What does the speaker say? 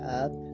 up